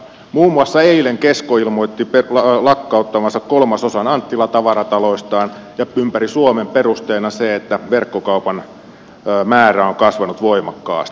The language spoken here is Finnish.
muun muassa eilen kesko ilmoitti lakkauttavansa kolmasosan anttila tavarataloistaan ympäri suomen perusteena se että verkkokaupan määrä on kasvanut voimakkaasti